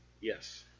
Yes